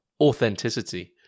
authenticity